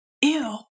ew